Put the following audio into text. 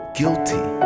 guilty